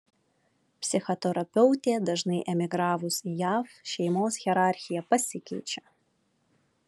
psichoterapeutė dažnai emigravus į jav šeimos hierarchija pasikeičia